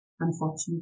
Unfortunately